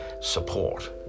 support